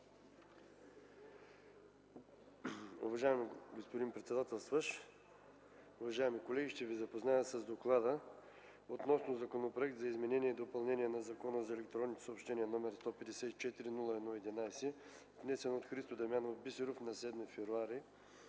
Уважаеми господин председателстващ, уважаеми колеги, ще ви запозная с доклада относно Законопроект за изменение и допълнение на Закона за електронните съобщения, № 154-01-11, внесен от Христо Дамянов Бисеров на 7 февруари